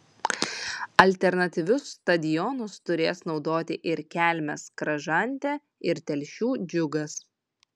alternatyvius stadionus turės naudoti ir kelmės kražantė ir telšių džiugas